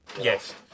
Yes